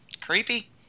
Creepy